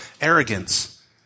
arrogance